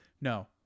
No